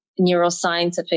neuroscientific